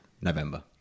November